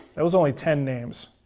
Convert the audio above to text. that was only ten names.